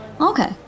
Okay